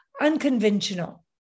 unconventional